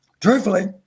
Truthfully